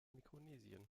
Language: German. mikronesien